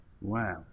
Wow